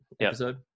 episode